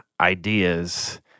ideas